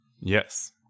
Yes